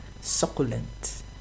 succulent